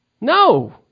No